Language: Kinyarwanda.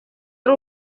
ari